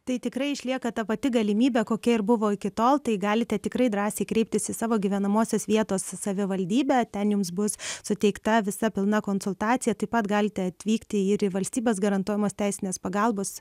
tai tikrai išlieka ta pati galimybė kokia ir buvo iki tol tai galite tikrai drąsiai kreiptis į savo gyvenamosios vietos savivaldybę ten jums bus suteikta visa pilna konsultacija taip pat galite atvykti ir į valstybės garantuojamos teisinės pagalbos